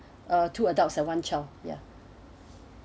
uh two adults and one child